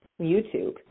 YouTube